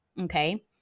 okay